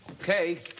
Okay